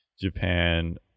Japan